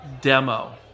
demo